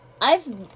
I've-